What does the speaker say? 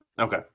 okay